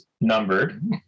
numbered